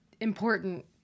important